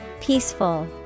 Peaceful